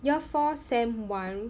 year four sem one